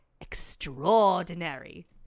extraordinary